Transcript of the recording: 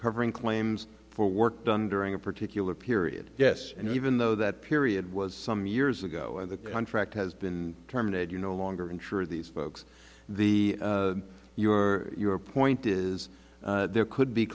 covering claims for work done during a particular period yes and even though that period was some years ago and the contract has been terminated you no longer insure these folks the your your point is there could be